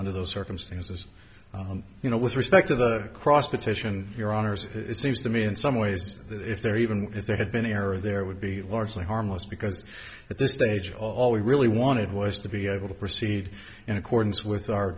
under those circumstances you know with respect to the cross petition your honour's it seems to me in some ways that if there even if there had been an error there would be largely harmless because at this stage all we really wanted was to be able to proceed in accordance with our